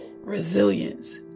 resilience